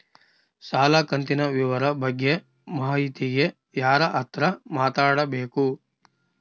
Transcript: ಸಾಲ ಕಂತಿನ ವಿವರ ಬಗ್ಗೆ ಮಾಹಿತಿಗೆ ಯಾರ ಹತ್ರ ಮಾತಾಡಬೇಕು?